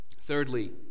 Thirdly